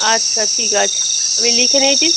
আচ্ছা ঠিক আছে আমি লিখে নিইছি